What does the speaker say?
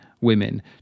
women